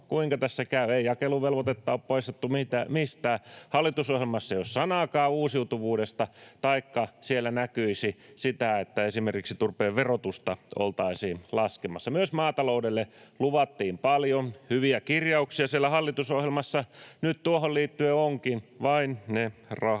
kuinka tässä kävi? Ei jakeluvelvoitetta ole poistettu mistään. Hallitusohjelmassa ei ole sanaakaan uusiutuvuudesta, saati että siellä näkyisi sitä, että esimerkiksi turpeen verotusta oltaisiin laskemassa. Myös maataloudelle luvattiin paljon. Hyviä kirjauksia siellä hallitusohjelmassa nyt tuohon liittyen onkin, vain ne rahat puuttuvat.